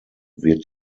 wird